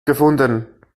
gefunden